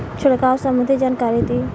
छिड़काव संबंधित जानकारी दी?